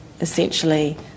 essentially